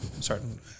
Certain